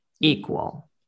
equal